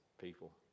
people